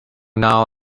now